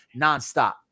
nonstop